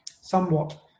somewhat